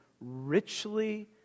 richly